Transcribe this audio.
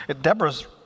Deborah's